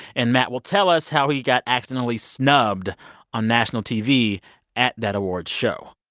and matt will tell us how he got accidentally snubbed on national tv at that awards show.